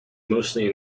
mostly